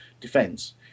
defence